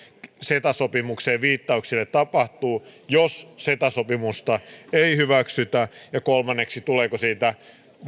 ceta sopimukseen viittauksille tapahtuu jos ceta sopimusta ei hyväksytä ja kolmanneksi tuleeko siitä